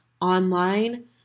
online